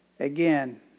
Again